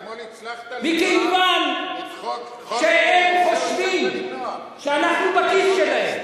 אתמול הצלחת, מכיוון שהם חושבים שאנחנו בכיס שלהם.